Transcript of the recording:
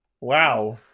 Wow